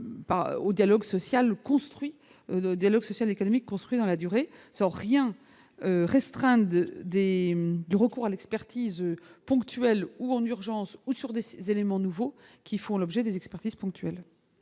le dialogue social, économique, construit dans la durée sans rien restreint de. Décès du recours à l'expertise ponctuelles ou en urgence autour de ces éléments nouveaux qui font l'objet des expertises ponctuelles.